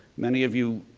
many of you,